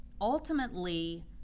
ultimately